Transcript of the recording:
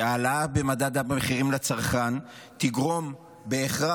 העלאה במדד המחירים לצרכן תגרום בהכרח